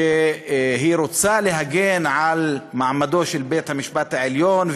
שרוצה להגן על מעמדו של בית-המשפט העליון,